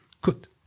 Good